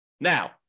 Now